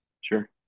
sure